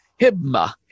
Hibma